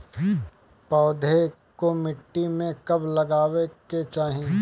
पौधे को मिट्टी में कब लगावे के चाही?